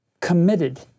committed